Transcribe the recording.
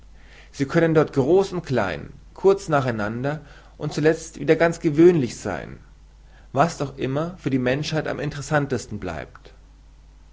sie können dort groß und klein kurz nach einander und zuletzt wieder ganz gewöhnlich sein was doch immer für die menschheit am interessantesten bleibt